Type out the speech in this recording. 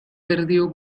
perdió